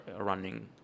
running